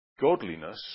godliness